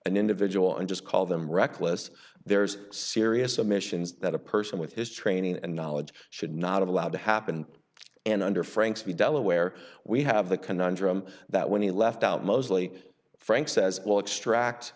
an individual and just call them reckless there's serious omissions that a person with his training and knowledge should not have allowed to happen and under frank's we delaware we have the conundrum that when he left out mostly frank says it will extract